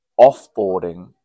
offboarding